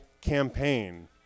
campaign